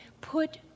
put